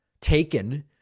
taken